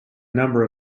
number